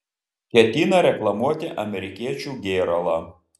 ketinta reklamuoti amerikiečių gėralą